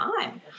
time